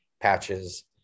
patches